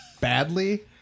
badly